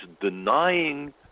denying